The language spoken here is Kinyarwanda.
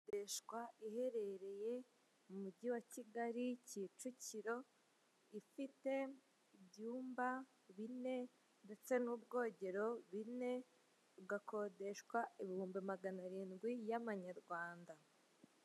Ikodeshwa iherereye mumugi wa Kigali kicukiro ifite ibyumba bine, ndetse n'ubwogero bune igakodeshwa ibihumbi maganarindwi y'amanyarwanda.